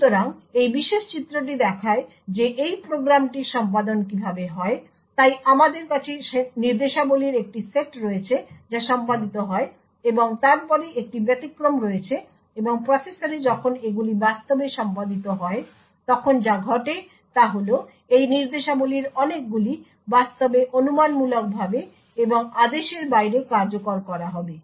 সুতরাং এই বিশেষ চিত্রটি দেখায় যে এই প্রোগ্রামটির সম্পাদন কীভাবে হয় তাই আমাদের কাছে নির্দেশাবলীর একটি সেট রয়েছে যা সম্পাদিত হয় এবং তারপরে একটি ব্যতিক্রম রয়েছে এবং প্রসেসরে যখন এগুলি বাস্তবে সম্পাদিত হয় তখন যা ঘটে তা হল এই নির্দেশাবলীর অনেকগুলি বাস্তবে অনুমানমূলকভাবে এবং আদেশের বাইরে কার্যকর করা হবে